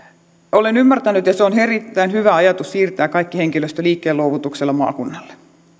olen ymmärtänyt ja se on erittäin hyvä ajatus että siirretään kaikki henkilöstö liikkeenluovutuksella maakunnalle